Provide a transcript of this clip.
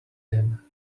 him